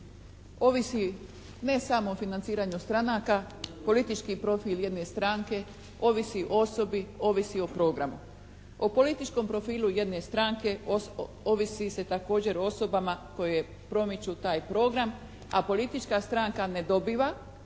ovisi ne samo o financiranju stranaka. Politički profil jedne stranke ovisi o osobi, ovisi i programu. O političkom profilu jedne stranke ovisi se također o osobama koje također promiču taj program a politička stranka ne dobiva